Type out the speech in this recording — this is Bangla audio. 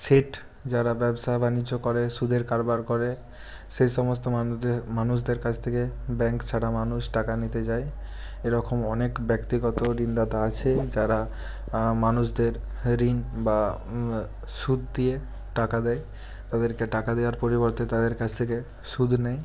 শেঠ যারা ব্যবসা বাণিজ্য করে সুদের কারবার করে সেই সমস্ত মানুষদের মানুষদের কাছ থেকে ব্যাংক ছাড়া মানুষ টাকা নিতে যায় এরকম অনেক ব্যক্তিগত ঋণদাতা আছে যারা মানুষদের ঋণ বা সুদ দিয়ে টাকা দেয় তাদেরকে টাকা দেওয়ার পরিবর্তে তাদের কাছ থেকে সুদ নেয়